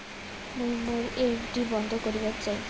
মুই মোর এফ.ডি বন্ধ করিবার চাই